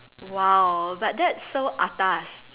!wow! but that's so atas